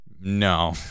no